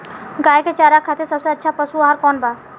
गाय के चारा खातिर सबसे अच्छा पशु आहार कौन बा?